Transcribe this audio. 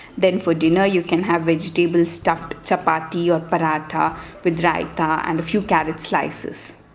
then for dinner you can have vegetable stuffed chapati or paratha with raita and a few carrot slices.